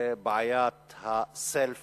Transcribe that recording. זה בעיית ה-self reference,